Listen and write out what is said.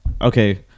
Okay